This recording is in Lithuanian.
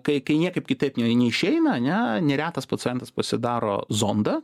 kai kai niekaip kitaip nioj neišeina ane neretas pacientas pasidaro zondą